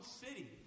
city